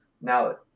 Now